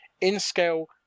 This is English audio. In-scale